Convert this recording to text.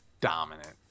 dominant